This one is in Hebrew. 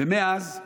מאז,